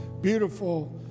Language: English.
beautiful